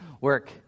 work